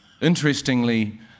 Interestingly